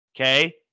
Okay